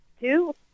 two